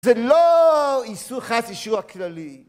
זה לא איסור, חס... אישור הכללי.